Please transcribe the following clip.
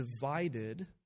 divided